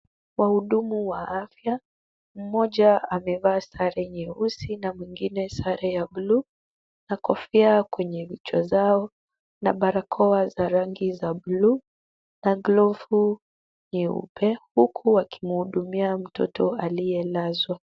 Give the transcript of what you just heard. Wahudumu wa afya, mmoja amevaa sare nyeusi na mwingine sare ya bluu, na kofia kwenye vichwa zao na barakoa za rangi za bluu, na glovu nyeupe. Huku wakimhudumia mtoto aliyelazwa.